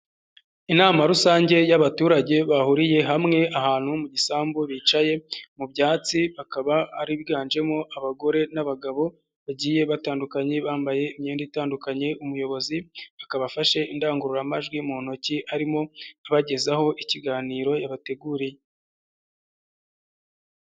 Inama rusange y'abaturage bahuriye hamwe ahantu mu gisambu bicaye mu byatsi bakaba ari abiganjemo abagore n'abagabo bagiye batandukanye bambaye imyenda itandukanye, umuyobozi akaba afashe indangururamajwi mu ntoki arimo abagezaho ikiganiro yabateguriye.